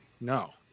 no